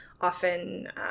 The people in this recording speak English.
often